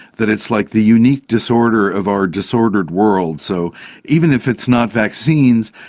that it's like the unique disorder of our disordered world. so even if it's not vaccines,